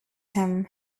him